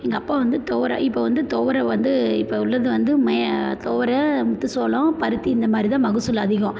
எங்கள் அப்பா வந்து துவர இப்போ வந்து துவர வந்து இப்போ உள்ளது வந்து மெ துவர முத்து சோளம் பருத்தி இந்தமாதிரி தான் மகசூல் அதிகம்